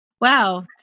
Wow